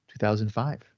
2005